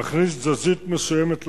מכניס תזזית מסוימת למערכת.